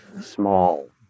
small